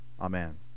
Amen